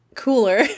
Cooler